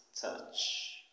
touch